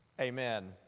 Amen